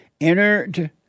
entered